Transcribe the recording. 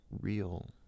real